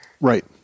Right